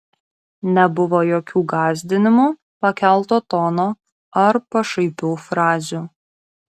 nebuvo jokių gąsdinimų pakelto tono ar pašaipių frazių